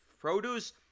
produce